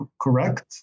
correct